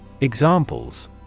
Examples